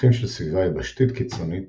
צמחים של סביבה יבשתית קיצונית